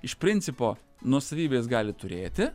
iš principo nuosavybės gali turėti